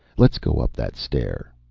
let's go up that stair.